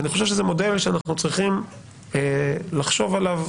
זה מודל שאנחנו צריכים לחשוב עליו